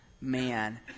man